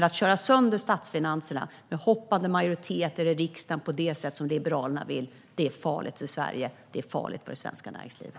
Att köra sönder statsfinanserna med hoppande majoriteter i riksdagen på det sätt som Liberalerna vill är farligt för Sverige och för det svenska näringslivet.